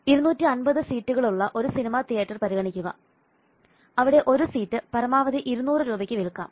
250 സീറ്റുകളുള്ള ഒരു cinema theatre പരിഗണിക്കുക അവിടെ ഒരു സീറ്റ് പരമാവധി 200 രൂപയ്ക്ക് വിൽക്കാം